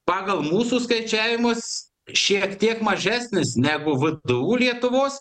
pagal mūsų skaičiavimus šiek tiek mažesnis negu vdu lietuvos